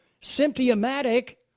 symptomatic